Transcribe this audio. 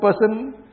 person